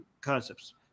concepts